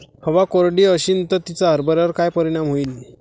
हवा कोरडी अशीन त तिचा हरभऱ्यावर काय परिणाम होईन?